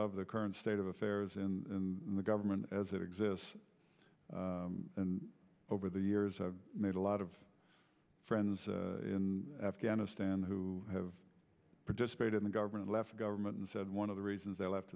of the current state of affairs in the government as it exists over the years i've made a lot of friends in afghanistan who have participated in government left government and said one of the reasons i left